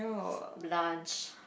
blanch